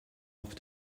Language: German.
auf